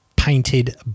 Painted